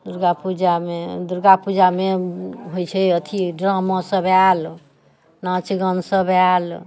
दुर्गा पूजामे दुर्गा पूजामे होइ छै अथी ड्रामा सभ आयल नाच गान सभ आयल